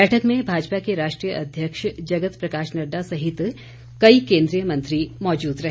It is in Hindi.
बैठक में भाजपा के राष्ट्रीय अध्यक्ष जगत प्रकाश नड्डा सहित कई केन्द्रीय मंत्री मौजूद रहे